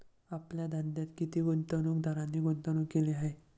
आपल्या धंद्यात किती गुंतवणूकदारांनी गुंतवणूक केली आहे?